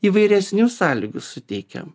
įvairesnių sąlygų suteikiam